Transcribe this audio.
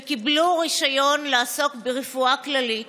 וקיבלו רישיון לעסוק ברפואה כללית